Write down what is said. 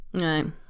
no